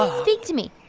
ah speak to me.